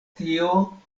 tio